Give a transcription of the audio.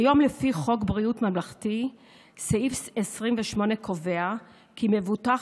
כיום לפי חוק ביטוח בריאות ממלכתי סעיף 28 קובע כי מבוטח